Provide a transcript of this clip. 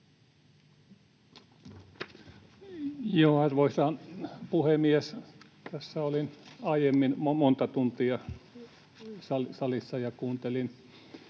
Arvoisa puhemies! Tässä olin aiemmin monta tuntia salissa ja kuuntelin